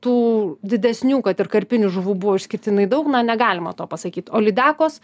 tų didesnių kad ir karpinių žuvų buvo išskirtinai daug na negalima to pasakyt o lydekos